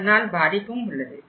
அதனால் பாதிப்பும் உள்ளது